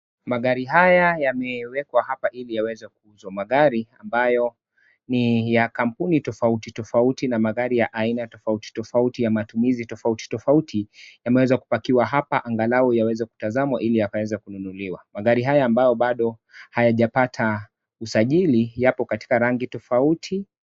Magari haya yameekwa hapa ili yaweze kuuzwa. Magari ambayo ni ya kampuni tofauti tofauti na magari ya aina tofauti tofauti ya matumizi tofauti tofauti, yameweza kupakiwa hapa angalau yaweze kutazamwa ili yakaweze kununuliwa. Magari haya ambayo bado hayajapata usajili yapo katika rangi tofauti.